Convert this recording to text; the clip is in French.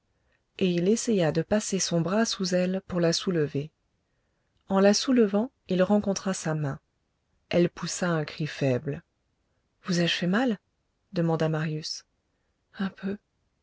et il essaya de passer son bras sous elle pour la soulever en la soulevant il rencontra sa main elle poussa un cri faible vous ai-je fait mal demanda marius un peu